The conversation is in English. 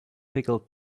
pickled